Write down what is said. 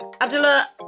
Abdullah